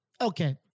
Okay